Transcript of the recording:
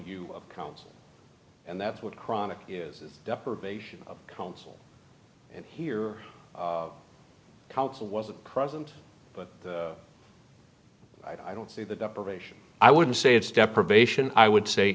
you of counsel and that's what chronic is deprivation of counsel and here counsel wasn't present but i don't see the operation i wouldn't say it's deprivation i would say